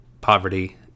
poverty